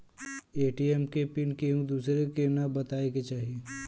ATM के pin केहू दुसरे के न बताए के चाही